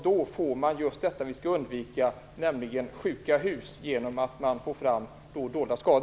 Då får vi just det vi skall undvika, nämligen sjuka hus, genom att dolda skador kommer fram.